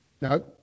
No